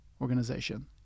organization